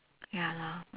ya lor